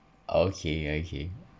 okay okay